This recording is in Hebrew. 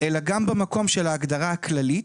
אלא גם במקום של ההגדרה הכללית,